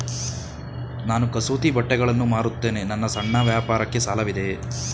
ನಾನು ಕಸೂತಿ ಬಟ್ಟೆಗಳನ್ನು ಮಾರುತ್ತೇನೆ ನನ್ನ ಸಣ್ಣ ವ್ಯಾಪಾರಕ್ಕೆ ಸಾಲವಿದೆಯೇ?